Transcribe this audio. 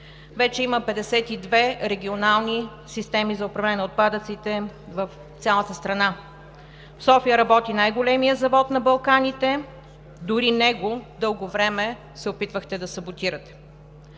Вече има 52 регионални системи за управление на отпадъците в цялата страна. В София работи най големият завод на Балканите, дори него дълго време се опитвахте да саботирате.